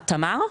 תמר?